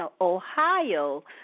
Ohio